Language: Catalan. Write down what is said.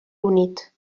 unit